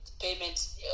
payments